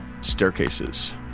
staircases